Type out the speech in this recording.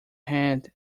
hand